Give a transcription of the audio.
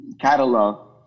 catalog